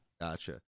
gotcha